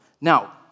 Now